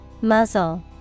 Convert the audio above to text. Muzzle